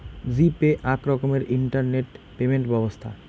জি Pay আক রকমের internet payment ব্যবছ্থা